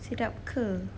sedap ke